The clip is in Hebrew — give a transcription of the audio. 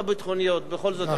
בכל זאת עומדת על הרגליים.